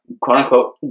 quote-unquote